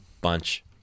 bunch